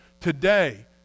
Today